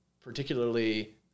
particularly